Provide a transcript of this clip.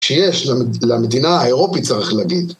שיש למדינה האירופית, צריך להגיד.